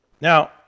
Now